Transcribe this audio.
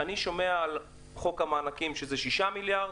אני שומע על חוק המענקים שזה שישה מיליארד,